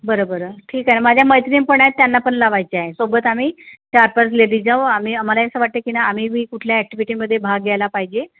बरं बरं ठीक आहे माझ्या मैत्रिणी पण आहेत त्यांना पण लावायचे आहे सोबत आम्ही चार पाच लेडीज आहोत आम्ही आम्हाला असं वाटतं की ना आम्ही बी कुठल्या ॲक्टिव्हिटीमध्ये भाग घ्यायला पाहिजे